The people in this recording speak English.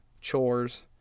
chores